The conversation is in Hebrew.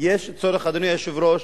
יש צורך, אדוני היושב-ראש,